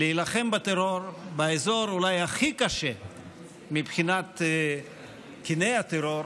להילחם בטרור באזור אולי הכי קשה מבחינת קיני הטרור,